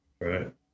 Right